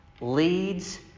leads